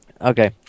Okay